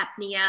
apnea